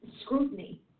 scrutiny